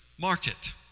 market